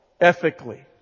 ethically